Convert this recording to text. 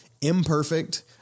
imperfect